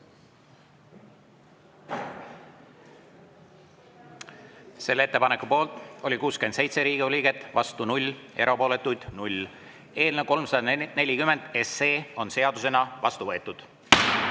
Selle ettepaneku poolt oli 67 Riigikogu liiget, vastu 0, erapooletuid 0. Eelnõu 340 on seadusena vastu võetud.